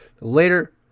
later